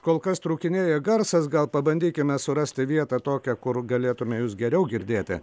kol kas trūkinėja garsas gal pabandykime surasti vietą tokią kur galėtume jus geriau girdėti